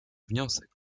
wniosek